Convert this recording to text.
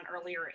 earlier